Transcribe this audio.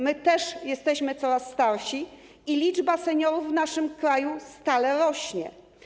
My też jesteśmy coraz starsi, liczba seniorów w naszym kraju stale rośnie.